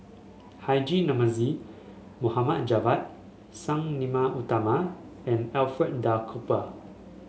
Haji Namazie Mohd Javad Sang Nila Utama and Alfred Duff Cooper